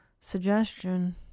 suggestion